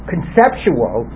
conceptual